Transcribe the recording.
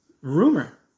rumor